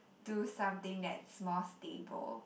do something that's more stable